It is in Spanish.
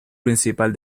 principal